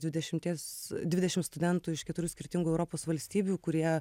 dvidešimties dvidešim studentų iš keturių skirtingų europos valstybių kurie